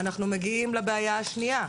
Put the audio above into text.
אנחנו מגיעים לבעיה השנייה,